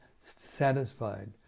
satisfied